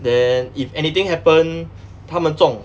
then if anything happen 他们中